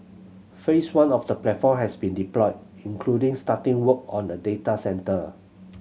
Phase One of the platform has been deployed including starting work on a data centre